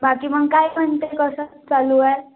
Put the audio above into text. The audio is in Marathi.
बाकी मग काय म्हणते कसं चालू आहे